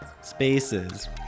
spaces